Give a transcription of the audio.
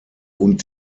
und